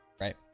Right